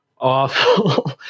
awful